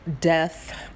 death